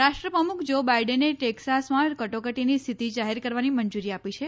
રાષ્ટ્રપ્રમુખ જો બાઇડેને ટેક્સાસમાં કટોકટીની સ્થિતિ જાહેર કરવાની મંજૂરી આપી છે